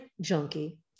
junkie